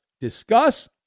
discuss